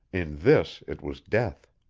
in this it was death.